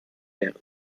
gelernt